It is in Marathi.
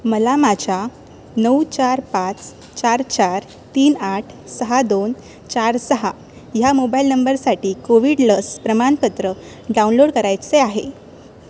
मला माझ्या नऊ चार पाच चार चार तीन आठ सहा दोन चार सहा ह्या मोबाईल नंबरसाठी कोविड लस प्रमाणपत्र डाउनलोड करायचे आहे